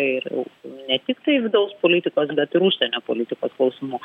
ir ne tiktai vidaus politikos bet ir užsienio politikos klausimų